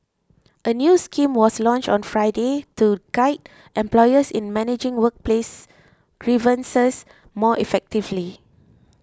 a new scheme was launched on Friday to guide employers in managing workplace grievances more effectively